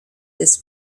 this